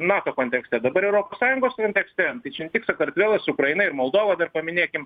nato kontekste dabar europos sąjungos kontekste tai čia ne tik sakartvelas ukraina ir moldova dar paminėkim